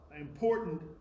important